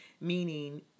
meaning